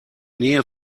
nähe